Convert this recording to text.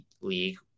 league